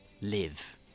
live